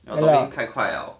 talking 太快了